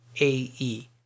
A-E